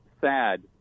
sad